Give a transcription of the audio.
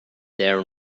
there